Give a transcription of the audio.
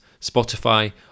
Spotify